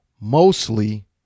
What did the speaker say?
mostly